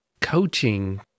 coaching